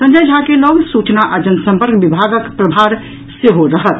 संजय झा के लऽग सूचना आ जनसंपर्क विभागक प्रभार सेहो रहत